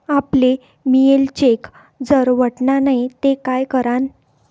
आपले mail check जर वटना नै ते काय करानं?